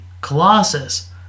Colossus